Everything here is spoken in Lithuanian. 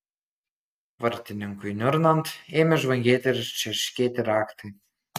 vartininkui niurnant ėmė žvangėti ir čerškėti raktai